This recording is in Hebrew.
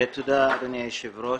תודה אדוני היושב ראש.